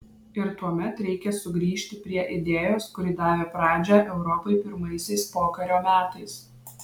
ir tuomet reikia sugrįžti prie idėjos kuri davė pradžią europai pirmaisiais pokario metais